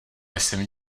jsem